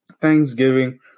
thanksgiving